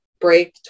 break